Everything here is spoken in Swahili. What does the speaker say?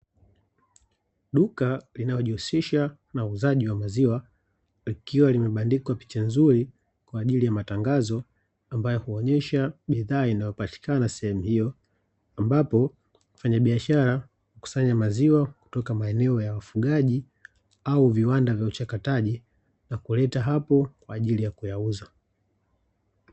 Duka linalojihusisha na uuzaji wa maziwa, likiwa limebandikwa picha nzuri kwa ajili ya matangazo, ambayo huonyesha bidhaa inayopatikana sehemu hiyo, ambapo mfanyabiashara hukusanya maziwa kutoka maeneo ya wafugaji, au viwanda vya uchakataji, na kuleta hapo kwa ajili ya kuyauza.